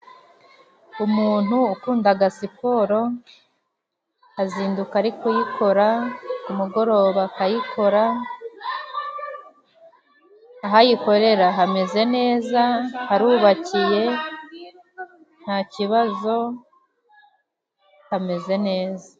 Umuntu ukunda siporo, azinduka ari kuyikora, ku mugoroba akayikora, aho ayikorera hameze neza harubakiye, nta kibazo hameze neza.